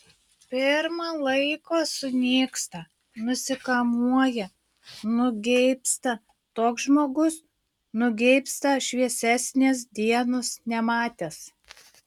pirma laiko sunyksta nusikamuoja nugeibsta toks žmogus nugeibsta šviesesnės dienos nematęs